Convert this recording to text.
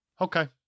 Okay